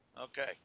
Okay